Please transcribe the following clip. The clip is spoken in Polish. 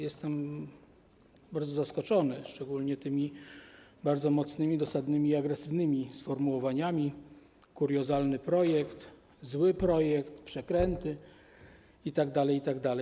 Jestem bardzo zaskoczony, szczególnie tymi bardzo mocnymi, dosadnymi i agresywnymi sformułowaniami: kuriozalny projekt, zły projekt, przekręty itd., itd.